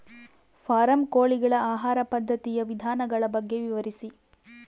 Form ಕೋಳಿಗಳ ಆಹಾರ ಪದ್ಧತಿಯ ವಿಧಾನಗಳ ಬಗ್ಗೆ ವಿವರಿಸಿ?